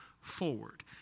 Forward